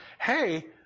hey